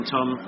Tom